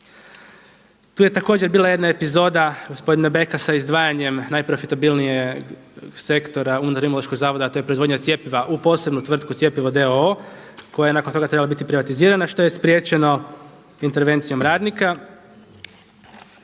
Tu je također bila jedna epizoda gospodina Beka sa izdvajanjem najprofitabilnijeg sektora unutar Imunološkog zavoda, a to je proizvodnja cjepiva u posebnu tvrtku Cjepivo d.o.o. koja je nakon toga trebala biti privatizirana što je spriječeno intervencijom radnika.